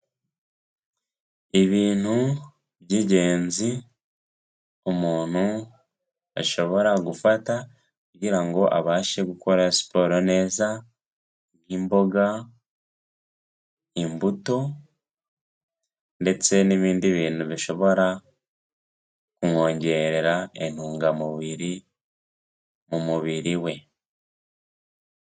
Ibintu by'ingenzi umuntu ashobora gufata kugira ngo abashe gukora siporo neza, nk'iimboga, imbuto ndetse n'ibindi bintu bishobora kumwongerera intungamubiri, mu mubiri we.